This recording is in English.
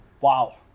Wow